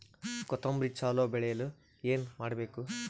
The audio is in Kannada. ಕೊತೊಂಬ್ರಿ ಚಲೋ ಬೆಳೆಯಲು ಏನ್ ಮಾಡ್ಬೇಕು?